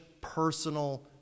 personal